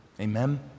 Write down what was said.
Amen